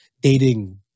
dating